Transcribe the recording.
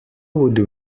would